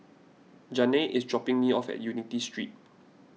Janay is dropping me off at Unity Street